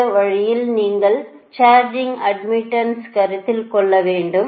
இந்த வழியில் நீங்கள் சார்ஜிங் அட்மிட்டன்ஸை கருத்தில் கொள்ள வேண்டும்